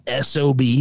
SOB